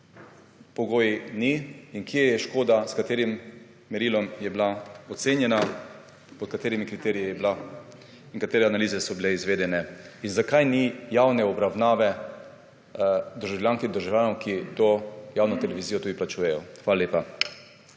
sejo. Pogojev ni. Kje je škoda, s katerim merilom je bila ocenjena, pod katerimi kriteriji je bila in katere analize so bile izvedene? Zakaj ni javne razprave državljank in državljanov, ki to javno televizijo tudi plačujejo? Hvala lepa.